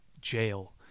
jail